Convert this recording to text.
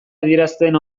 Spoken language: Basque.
adierazten